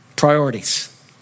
Priorities